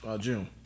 June